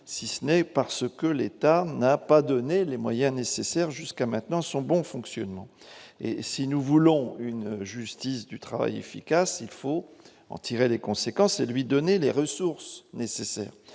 si ce n'est parce que l'État n'a pas donné les moyens nécessaires jusqu'à maintenant, son bon fonctionnement et si nous voulons une justice du travail efficace, il faut en tirer les conséquences et lui donner les ressources nécessaires